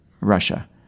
Russia